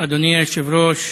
אדוני היושב-ראש,